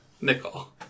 Nickel